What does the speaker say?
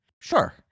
Sure